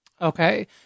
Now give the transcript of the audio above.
Okay